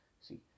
See